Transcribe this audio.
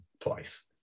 Twice